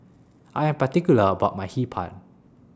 I Am particular about My Hee Pan